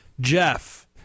Jeff